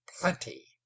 plenty